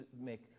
make